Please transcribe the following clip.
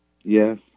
Yes